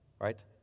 right